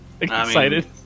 Excited